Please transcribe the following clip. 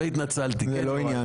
והתנצלתי, זה לא העניין.